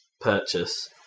purchase